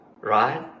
Right